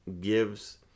gives